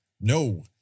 No